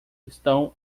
estão